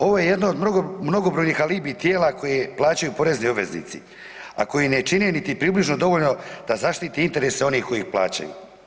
Ovo je jedno od mnogobrojnih alibi tijela koje plaćaju porezni obveznici, a koji ne čine niti približno dovoljno da zaštiti interese onih koji ih plaćaju.